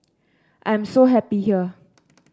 I am so happy here